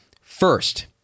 first